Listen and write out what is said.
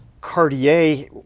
Cartier